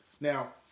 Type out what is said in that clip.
Now